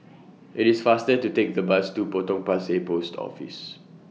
IT IS faster to Take The Bus to Potong Pasir Post Office